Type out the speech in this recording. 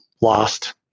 lost